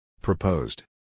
Proposed